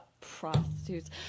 prostitutes